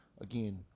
again